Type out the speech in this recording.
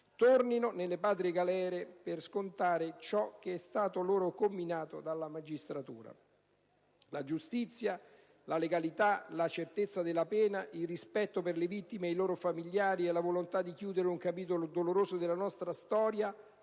tornino nelle patrie galere per scontare ciò che è stato loro comminato dalla magistratura. La giustizia, la legalità, la certezza della pena, il rispetto per le vittime e i loro familiari e la volontà di chiudere un capitolo doloroso della nostra storia,